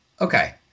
Okay